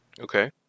Okay